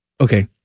Okay